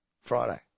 Friday